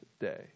day